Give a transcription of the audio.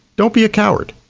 don't be a coward,